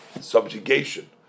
subjugation